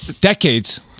decades